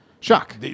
Shock